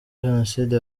jenoside